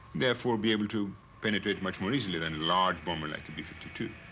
therefore, be able to penetrate much more easily than a large bomber like a b fifty two.